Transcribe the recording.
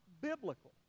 biblical